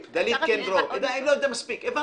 הבנו.